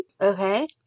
Okay